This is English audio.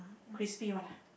crispy [one] ah